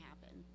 happen